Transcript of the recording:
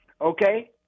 okay